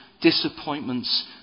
disappointments